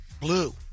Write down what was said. Blue